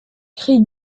cri